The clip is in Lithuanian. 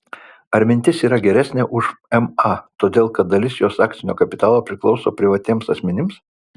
ar mintis yra geresnė už ma todėl kad dalis jos akcinio kapitalo priklauso privatiems asmenims